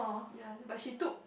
ye but she took